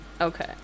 Okay